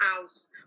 house